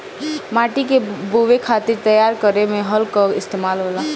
माटी के बोवे खातिर तैयार करे में हल कअ इस्तेमाल होला